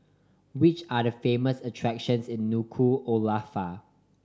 which are the famous attractions in Nuku'alofa